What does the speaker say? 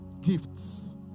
gifts